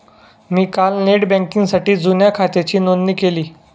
मी काल नेट बँकिंगसाठी जुन्या खात्याची नोंदणी केली